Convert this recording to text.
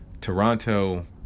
Toronto